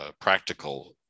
practical